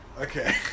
Okay